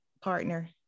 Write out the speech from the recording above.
partner